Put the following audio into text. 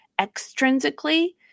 extrinsically